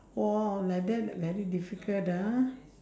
oh like that very difficult ah